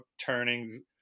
turning